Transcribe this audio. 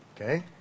okay